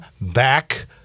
back